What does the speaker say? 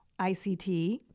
ICT